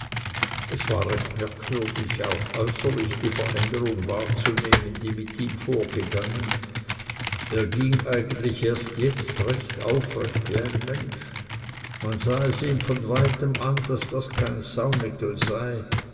es war recht merkwürdig auch äußerlich die veränderung wahrzunehmen die mit ihm vorgegangen er ging eigentlich erst jetzt recht aufrecht wie ein mensch man sah es ihm von weitem an daß das kein sauniggel sei